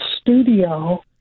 studio